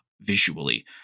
visually